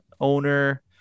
owner